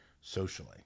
socially